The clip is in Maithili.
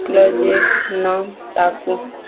कॉलेजक नाम ताकू